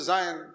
Zion